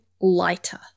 lighter